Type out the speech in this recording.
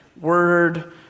word